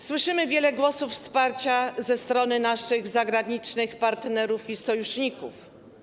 Słyszymy wiele głosów wsparcia ze strony naszych zagranicznych partnerów i sojuszników.